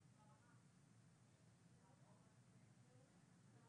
אחד, העובדה שפרמדיקים לא מופיעים בסעיף 3 להצעה